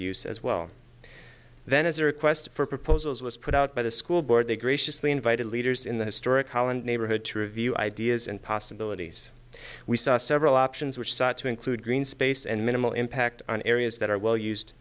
use as well then is a request for proposals was put out by the school board they graciously invited leaders in the historic holland neighborhood true view ideas and possibilities we saw several options which sought to include green space and minimal impact on areas that are well used